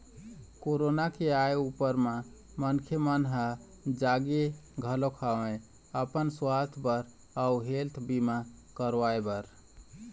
corona के आय ऊपर म मनखे मन ह जागे घलोक हवय अपन सुवास्थ बर अउ हेल्थ बीमा करवाय बर